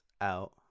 out